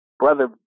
brother